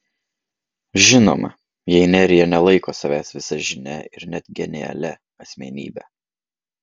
žinoma jei nerija nelaiko savęs visažine ir net genialia asmenybe